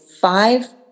five